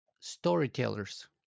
Storytellers